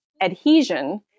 adhesion